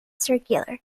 circular